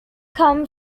come